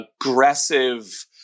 aggressive